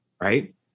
right